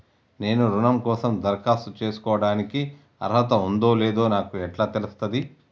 నేను రుణం కోసం దరఖాస్తు చేసుకోవడానికి అర్హత ఉందో లేదో నాకు ఎట్లా తెలుస్తది?